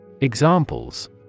Examples